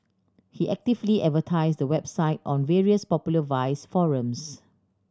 he actively advertised the website on various popular vice forums